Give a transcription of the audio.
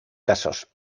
casos